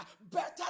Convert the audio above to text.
better